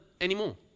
anymore